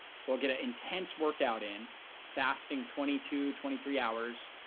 so i'll get an intense workout in fasting twenty two twenty three hours,